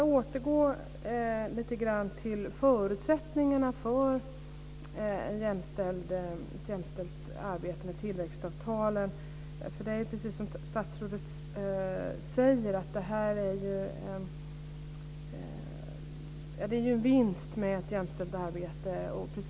Jag skulle vilja återgå till förutsättningarna för ett jämställt arbete med tillväxtavtalen. Precis som statsrådet säger finns det ju en vinst med ett jämställt arbete.